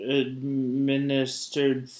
administered